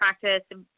practice